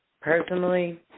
personally